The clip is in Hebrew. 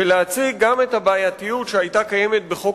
ולהציג גם את הבעייתיות שהיתה קיימת בחוק